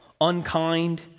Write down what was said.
unkind